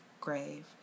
grave